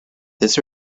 this